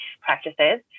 practices